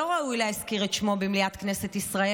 שלא ראוי להזכיר את שמו במליאת כנסת ישראל,